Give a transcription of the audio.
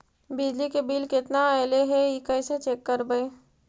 बिजली के बिल केतना ऐले हे इ कैसे चेक करबइ?